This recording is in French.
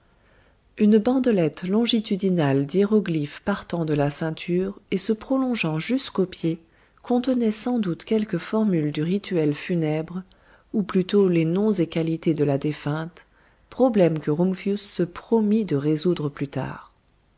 une bandelette longitudinale d'hiéroglyphes partant de la ceinture et se prolongeant jusqu'aux pieds contenait sans doute quelques formules du rituel funèbre ou plutôt les nom et qualités de la défunte problème que rumphius se promit de résoudre plus tard